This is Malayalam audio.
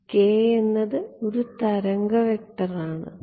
k എന്നത് ഒരു തരംഗ വെക്ടറാണ്